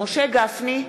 משה גפני,